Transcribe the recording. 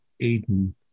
Aiden